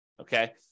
okay